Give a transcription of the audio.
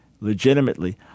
legitimately